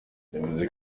yavuze